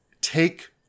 take